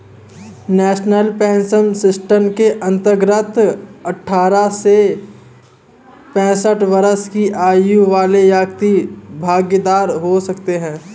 national pension system के अंतर्गत अठारह से पैंसठ वर्ष की आयु वाले व्यक्ति भागीदार हो सकते हैं